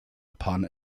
upon